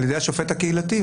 על ידי השופט הקהילתי.